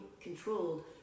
controlled